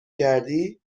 کردی